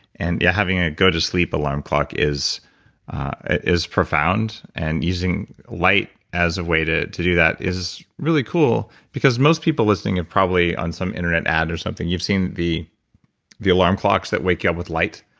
and yeah having a go to sleep alarm clock is is profound and using light as a way to to do that is really cool because most people listening and probably on some internet ad or something, you've seen the the alarm clocks that we wake you up with light.